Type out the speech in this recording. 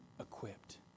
equipped